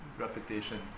Reputation